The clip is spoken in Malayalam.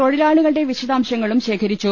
തൊഴിലാളിക്ളുടെ വിശദാംശങ്ങളും ശേഖരിച്ചു